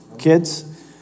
kids